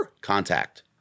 Contact